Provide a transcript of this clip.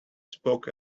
spoke